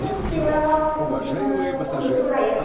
हरसेआव बिदिनो फनद्रस' लायो